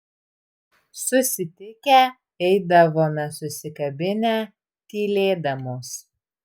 susitikę eidavome susikabinę tylėdamos